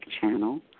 channel